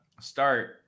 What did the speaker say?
start